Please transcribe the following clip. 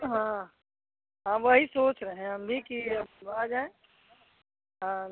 हाँ हाँ वही सोच रहे हैं हम भी कि अब आ जाएँ हम